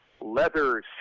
Leather